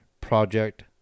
Project